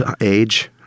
Age